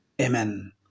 Amen